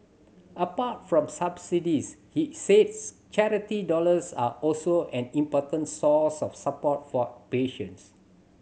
apart from subsidies he says charity dollars are also an important source of support for patients